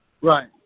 Right